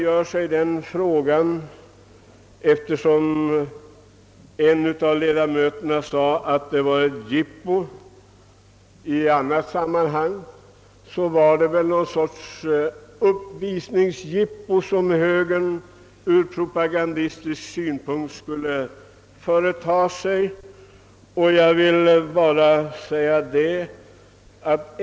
Eftersom en av ledamöterna i ett annat sammanhang sade att det var ett jippo frågar man sig om det inte var någon soris uppvisningsjippo som högern ville göra av propagandistiska skäl.